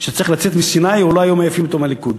שצריך לצאת מסיני אולי היו מעיפים אותו מהליכוד.